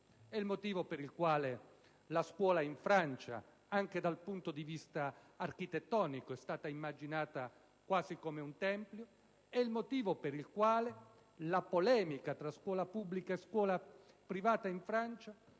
è il motivo per il quale la scuola in Francia, anche dal punto di vista architettonico, è stata immaginata quasi come un tempio; il motivo per il quale la polemica tra scuola pubblica e scuola privata in Francia